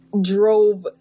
drove